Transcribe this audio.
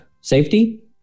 Safety